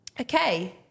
Okay